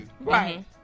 Right